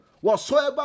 Whatsoever